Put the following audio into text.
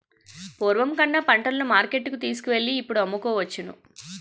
పూర్వం కన్నా పంటలను మార్కెట్టుకు తీసుకువెళ్ళి ఇప్పుడు అమ్ముకోవచ్చును